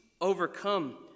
overcome